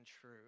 true